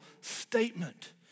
statement